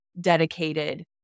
dedicated